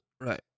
Right